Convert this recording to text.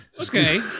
Okay